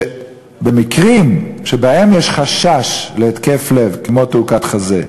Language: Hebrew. שבמקרים שבהם יש חשש להתקף לב, כמו תעוקת חזה,